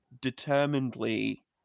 determinedly